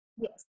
Yes